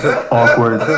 Awkward